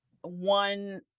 one